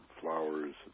flowers